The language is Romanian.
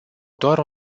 doar